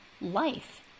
life